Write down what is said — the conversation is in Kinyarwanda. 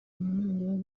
ntangiriro